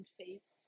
face